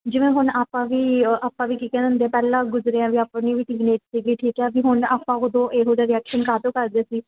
ਜਿਵੇਂ ਹੁਣ ਆਪਾਂ ਵੀ ਆਪਾਂ ਵੀ ਕੀ ਕਹਿੰਦੇ ਹੁੰਦੇ ਪਹਿਲਾਂ ਗੁਜ਼ਰਿਆ ਵੀ ਆਪਣੀ ਵੀ ਟੀਨਏਜ ਸੀਗੀ ਠੀਕ ਆ ਵੀ ਹੁਣ ਆਪਾਂ ਉਦੋਂ ਇਹੋ ਜਿਹਾ ਰਿਐਕਸ਼ਨ ਕਾਹਤੋਂ ਕਰਦੇ ਸੀ